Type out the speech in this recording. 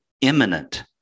imminent